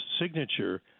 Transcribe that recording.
signature